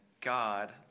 God